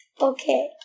Okay